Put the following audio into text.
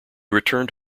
returned